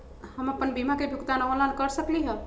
हम अपन बीमा के भुगतान ऑनलाइन कर सकली ह?